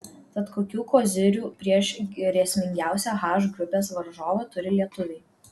tad kokių kozirių prieš grėsmingiausią h grupės varžovą turi lietuviai